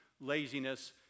laziness